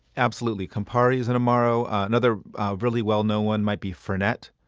absolutely. campari is an amaro. another really well-known one might be fernet.